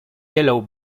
yellow